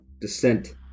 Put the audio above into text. descent